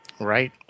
Right